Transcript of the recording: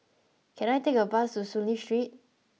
can I take a bus to Soon Lee Street